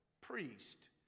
priest